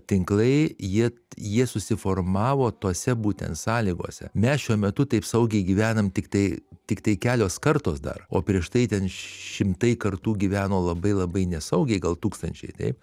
tinklai jie jie susiformavo tose būtent sąlygose mes šiuo metu taip saugiai gyvenam tiktai tiktai kelios kartos dar o prieš tai ten šimtai kartų gyveno labai labai nesaugiai gal tūkstančiai taip